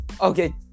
okay